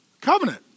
Covenant